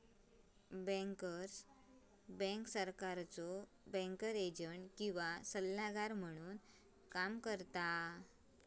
bankers bank सरकारचो banker agent किंवा सल्लागार म्हणून काम करता